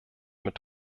mit